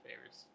favors